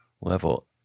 level